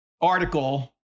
article